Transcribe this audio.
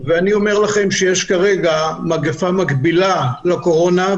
ואני אומר לכם שיש כרגע מגפה מקבילה לקורונה,